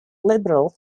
liberal